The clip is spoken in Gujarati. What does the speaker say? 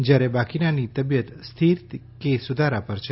જ્યારે બાકીનાની તબિયત સ્થિર કે સુધારા પર છે